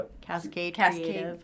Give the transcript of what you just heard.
Cascade